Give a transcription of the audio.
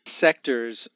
sectors